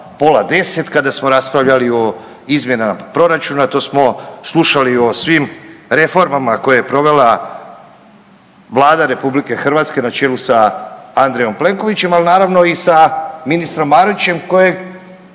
pola 10 kada smo raspravljali o izmjenama proračuna, to smo slušali o svim reformama koje je provela Vlada RH na čelu sa Andrejem Plenkovićem, al naravno i sa ministrom Marićem kojeg